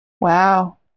Wow